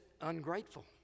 ungrateful